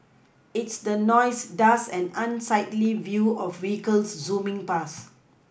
it's the noise dust and unsightly view of vehicles zooming past